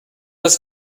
das